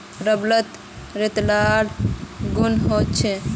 रबरत लोचदार गुण ह छेक